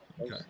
okay